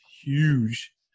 huge